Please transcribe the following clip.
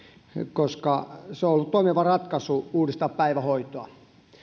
koska se on ollut toimiva ratkaisu uudistaa päivähoitoa